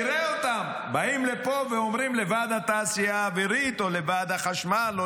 נראה אותם באים לפה ואומרים לוועד התעשייה האווירית או לוועד החשמל או